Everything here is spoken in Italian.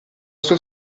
sua